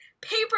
paper